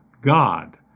God